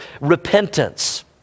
repentance